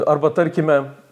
arba tarkime